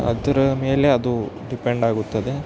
ಅದರ ಮೇಲೆ ಅದು ಡಿಪೆಂಡ್ ಆಗುತ್ತದೆ